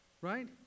Right